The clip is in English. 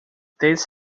this